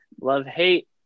love-hate